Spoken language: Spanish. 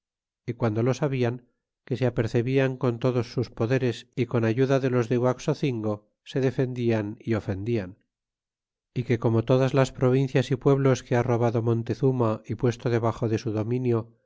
y guando lo sabian que se apercebian con todos sus poderes y con ayuda de los de guaxocingo se defendian ofendían ó que como todas las provincias y pueblos que ha robado montezuma y puesto debaxo de su dominio